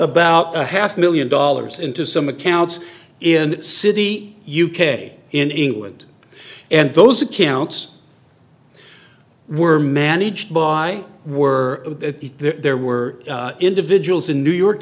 about a half million dollars into some accounts in city u k in england and those accounts were managed by were there were individuals in new york